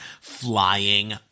flying